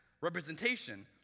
representation